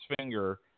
finger